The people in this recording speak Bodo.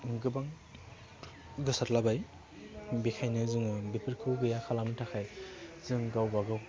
गोबां गोसारद्लाबाय बेखायनो जोङो बेफोरखौ गैया खालामनो थाखाय जों गावबा गाव